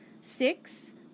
six